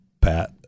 PAT